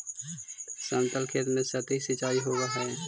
समतल खेत में सतही सिंचाई होवऽ हइ